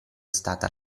stata